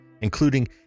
including